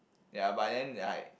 ya but then like